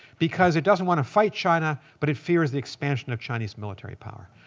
because it doesn't want to fight china, but it fears the expansion of china's military power.